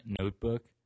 notebook